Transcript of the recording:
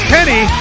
Kenny